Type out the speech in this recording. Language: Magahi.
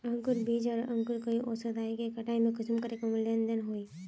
अंकूर बीज आर अंकूर कई औसत आयु के कटाई में कुंसम करे लेन देन होए?